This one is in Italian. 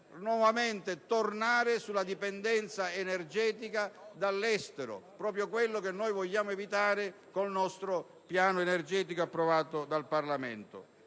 nuovamente tornare alla dipendenza energetica dall'estero, cioè proprio quello che vogliamo invece evitare con il piano energetico approvato dal Parlamento.